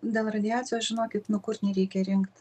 dėl radiacijos žinokit nu kur nereikia rinkt